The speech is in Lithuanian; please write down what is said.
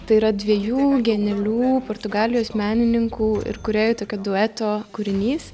tai yra dviejų genialių portugalijos menininkų ir kūrėjų tokio dueto kūrinys